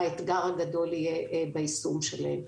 האתגר הגדול יהיה ביישום שלהן.